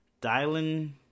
dialing